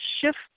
shift